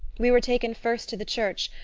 we were taken first to the church,